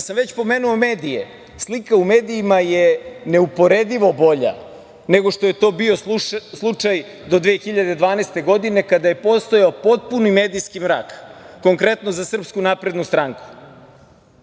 sam već pomenuo medije, slika u medijima je neuporedivo bolja nego što je to bio slučaj do 2012. godine, kada je postojao potpuni medijski mrak, konkretno za SNS.